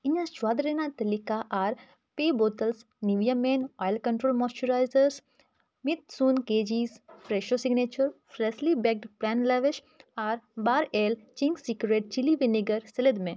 ᱤᱧᱟᱹᱜ ᱥᱚᱭᱫᱟ ᱨᱮᱱᱟᱜ ᱛᱟᱹᱞᱤᱠᱟ ᱟᱨ ᱯᱮ ᱢᱤᱫ ᱥᱩᱱ ᱟᱨ ᱵᱟᱨ ᱥᱮᱞᱮᱫ ᱢᱮ